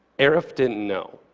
aref didn't know.